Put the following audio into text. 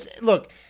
Look